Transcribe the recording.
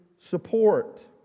support